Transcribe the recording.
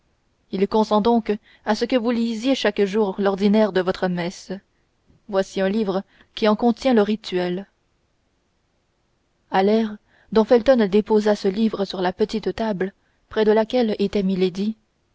il consent donc à ce que vous lisiez chaque jour l'ordinaire de votre messe et voici un livre qui en contient le rituel à l'air dont felton déposa ce livre sur la petite table près de laquelle était